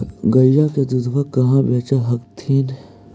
गया के दूधबा कहाँ बेच हखिन?